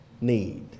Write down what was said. need